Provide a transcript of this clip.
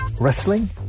wrestling